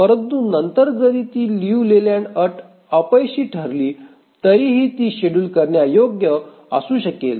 परंतु नंतर जरी ती लियू लेलँड अट अपयशी ठरली तरीही तरीही ती शेड्यूल करण्यायोग्य असू शकेल